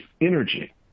energy